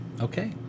Okay